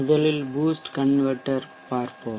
முதலில் boost converter பார்ப்போம்